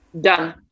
Done